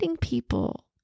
people